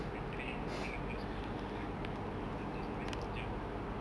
the trail then selepas itu from the trail pergi rumah tak sampai satu jam pon